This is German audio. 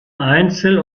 einzel